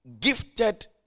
gifted